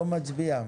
לא מצביע.